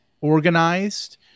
organized